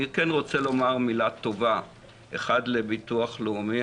אני כן רוצה לומר מילה טובה לביטוח הלאומי,